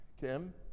Kim